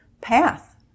path